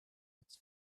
its